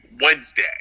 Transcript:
Wednesday